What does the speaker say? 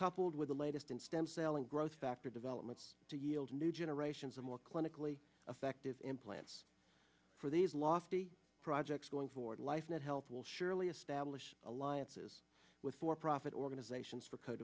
coupled with the latest in stem cell and growth factor developments to yield new generations of more clinically effective implants for these lofty projects going forward life that help will surely establish alliances with for profit organizations for co